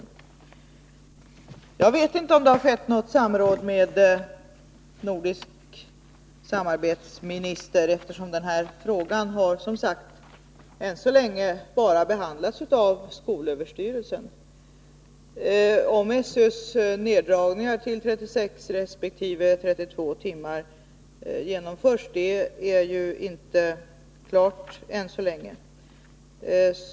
Jag känner inte till om det har ägt rum något samråd med nordisk samarbetsminister, eftersom denna fråga, som sagt, än så länge bara har behandlats av skolöverstyrelsen. Det är ännu inte klart om SÖ:s planer på neddragningar till 36 resp. 32 timmar genomförs.